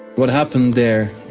what happened there,